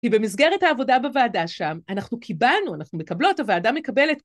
כי במסגרת העבודה בוועדה שם, אנחנו קיבלנו, אנחנו מקבלות, הוועדה מקבלת.